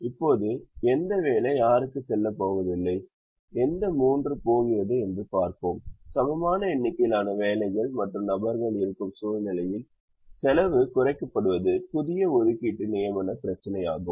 இப்போது எந்த வேலை யாருக்கு செல்லப் போவதில்லை எந்த மூன்று போகிறது என்று பாப்போம் சமமான எண்ணிக்கையிலான வேலைகள் மற்றும் நபர்கள் இருக்கும் சூழ்நிலையில் செலவு குறைக்கப்படுவது புதிய ஒதுக்கீடு நியமனப் பிரச்சினையாகும்